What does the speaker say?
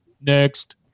next